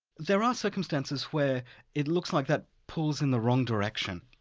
there are circumstances where it looks like that pulls in the wrong direction.